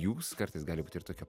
jūs kartais gali būti ir tokia